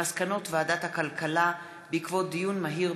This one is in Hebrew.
על מסקנות ועדת הכלכלה בעקבות דיון מהיר